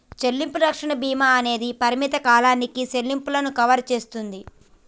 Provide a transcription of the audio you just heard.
సెల్లింపు రక్షణ భీమా అనేది పరిమిత కాలానికి సెల్లింపులను కవర్ సేస్తుంది